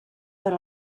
per